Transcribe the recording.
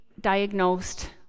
diagnosed